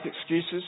excuses